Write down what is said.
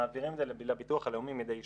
מעבירים את זה לביטוח הלאומי מדי שנה.